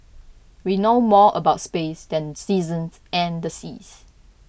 we know more about space than seasons and the seas